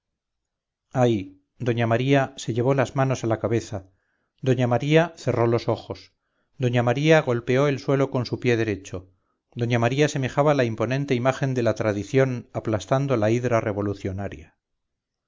ay doña maría se llevó las manos a la cabeza doña maría cerró los ojos doña maría golpeó el suelo con su pie derecho doña maría semejaba la imponente imagen de la tradición aplastando la hidra revolucionaria